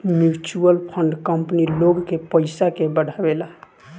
mutual fund company लोग के पयिसा के बढ़ावेला